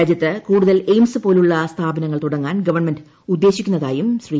രാജ്യത്ത് കൂടുതൽ എയിംസ് പോലുള്ള സ്ഥാപനങ്ങൾ തുടങ്ങാൻ ഗവൺമെന്റ് ഉദ്ദേശി ക്കുന്നതായും ശ്രീ